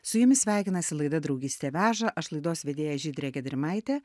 su jumis sveikinasi laida draugystė veža aš laidos vedėja žydrė gedrimaitė